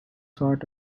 sort